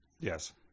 Yes